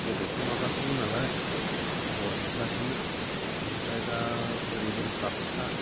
गोदोथ' माबासोमोननालाय बरपेटासोमोन ओमफ्राय दा बोरै बोरै बाक्सा